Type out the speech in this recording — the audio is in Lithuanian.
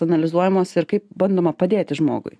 analizuojamos ir kaip bandoma padėti žmogui